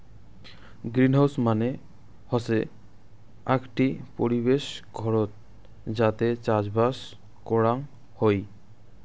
greenhouse মানে হসে আকটি পরিবেশ ঘরত যাতে চাষবাস করাং হই